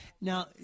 Now